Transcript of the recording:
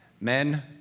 Men